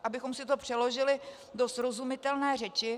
Abychom si to přeložili do srozumitelné řeči: